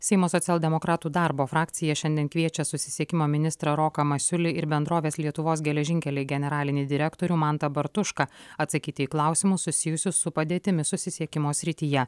seimo socialdemokratų darbo frakcija šiandien kviečia susisiekimo ministrą roką masiulį ir bendrovės lietuvos geležinkeliai generalinį direktorių mantą bartušką atsakyti į klausimus susijusius su padėtimi susisiekimo srityje